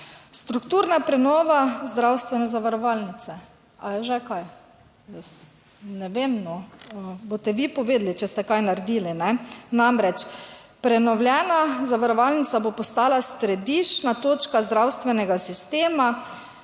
Strukturna prenova zdravstvene zavarovalnice. Ali je že kaj? Jaz ne vem no, boste vi povedali, če ste kaj naredili. Namreč, prenovljena zavarovalnica bo postala središčna točka zdravstvenega sistema,